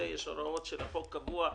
הוועדה שבדרך כלל מלווה את קרן